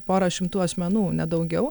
pora šimtų asmenų ne daugiau